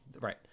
right